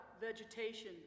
vegetation